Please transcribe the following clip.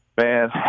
Man